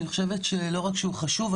אני חושבת שלא רק שהוא חשוב,